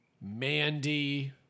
Mandy